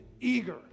eager